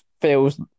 feels